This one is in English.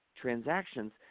transactions